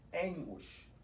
anguish